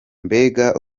mbega